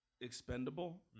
expendable